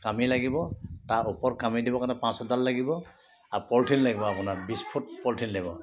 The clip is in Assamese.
কামি লাগিব তাত ওপৰত কামি দিবৰ কাৰণে পাঁচ ছয়ডাল লাগিব আৰু পলিথিন লাগিব আপোনাৰ বিছ ফুট পলিথিন লাগিব